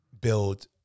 build